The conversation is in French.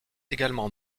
également